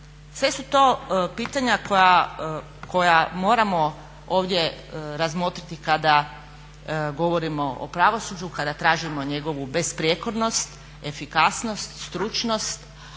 Sve su to pitanja koja moramo ovdje razmotriti kada govorimo o pravosuđu, kada tražimo njegovu besprijekornost, efikasnost, stručnost,